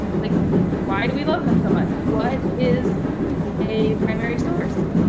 like why do we love them so much? what is a primary source?